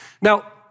Now